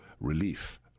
relief